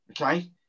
Okay